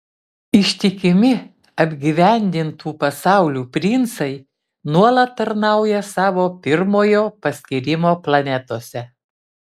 ištikimi apgyvendintų pasaulių princai nuolat tarnauja savo pirmojo paskyrimo planetose